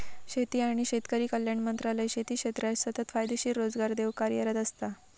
शेती आणि शेतकरी कल्याण मंत्रालय शेती क्षेत्राक सतत फायदेशीर रोजगार देऊक कार्यरत असता